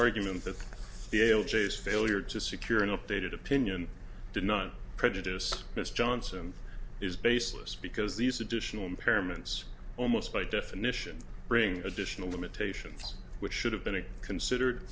argument that the ail jase failure to secure an updated opinion did not prejudice mr johnson is baseless because these additional impairments almost by definition bring additional limitations which should have been considered